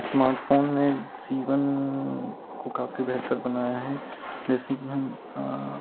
smartphone में जीवन को काफी बेहतर बनाया है जैसे कि हम